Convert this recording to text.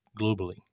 globally